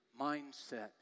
mindset